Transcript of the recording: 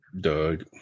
Doug